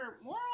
more